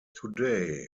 today